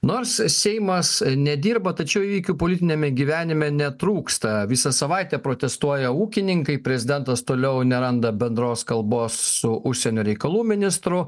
nors seimas nedirba tačiau įvykių politiniame gyvenime netrūksta visą savaitę protestuoja ūkininkai prezidentas toliau neranda bendros kalbos su užsienio reikalų ministru